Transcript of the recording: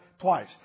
twice